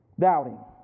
Doubting